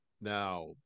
Now